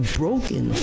broken